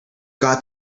got